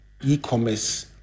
e-commerce